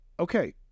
Okay